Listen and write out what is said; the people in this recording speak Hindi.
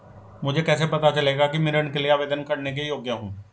मुझे कैसे पता चलेगा कि मैं ऋण के लिए आवेदन करने के योग्य हूँ?